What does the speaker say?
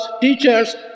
teachers